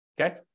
okay